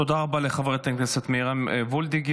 תודה רבה לחברת הכנסת מיכל מרים וולדיגר.